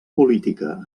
política